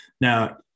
Now